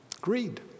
Greed